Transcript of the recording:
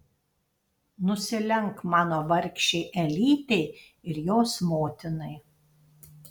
nusilenk mano vargšei elytei ir jos motinai